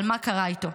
על מה שקרה איתו.